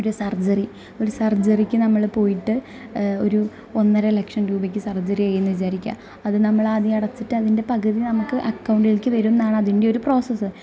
ഒരു സർജ്ജറി ഒരു സർജ്ജറിക്ക് നമ്മൾ പോയിട്ട് ഒരു ഒന്നര ലക്ഷം രൂപക്ക് സർജ്ജറി ചെയ്യുന്നെന്ന് വിചാരിക്കുക അത് നമ്മളാദ്യം അടച്ചിട്ട് അതിന്റെ പകുതി നമുക്ക് അക്കൗണ്ടിൽക്ക് വരുന്നാണ് അതിന്റെ ഒരു പ്രോസസ്സ്